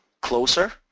closer